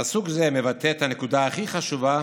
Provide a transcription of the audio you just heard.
פסוק זה מבטא את הנקודה הכי חשובה